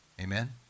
Amen